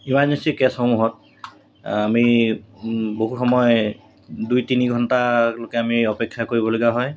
emergency কেছসমূহত আমি বহু সময় দুই তিনি ঘণ্টালৈকে আমি অপেক্ষা কৰিবলগীয়া হয়